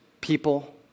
people